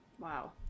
wow